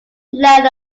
let